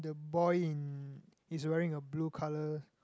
the boy in is wearing a blue colour